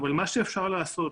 אבל מה שאפשר לעשות,